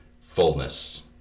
fullness